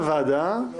עם